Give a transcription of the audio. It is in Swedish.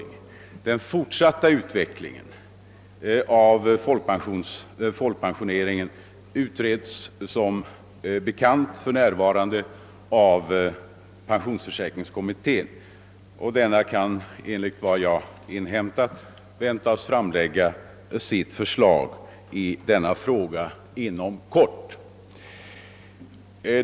Frågan om den fortsatta utvecklingen av folkpensioneringen utreds som bekant för närvarande av pensionsförsäkringskommittén som, enligt vad jag inhämtat, inom kort kan väntas framlägga sitt förslag i denna fråga.